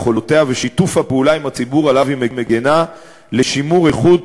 יכולתה ושיתוף הפעולה עם הציבור שעליו היא מגינה לשימור איכות